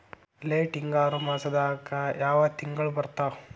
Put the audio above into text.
Late ಹಿಂಗಾರು ಮಾಸದಾಗ ಯಾವ್ ತಿಂಗ್ಳು ಬರ್ತಾವು?